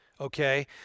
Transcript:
Okay